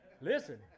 Listen